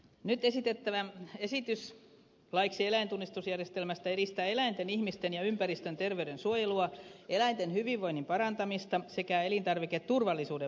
nyt esitettävä esitys laiksi eläintunnistusjärjestelmästä edistää eläinten ihmisten ja ympäristön terveydensuojelua eläinten hyvinvoinnin parantamista sekä elintarviketurvallisuuden varmistamista